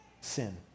sin